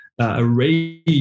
array